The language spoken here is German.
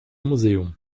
museum